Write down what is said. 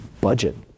budget